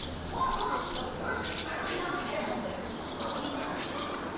wah-wah, the perfect beverly hills family all we need now is a pet